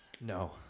No